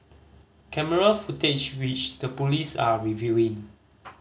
camera footage which the police are reviewing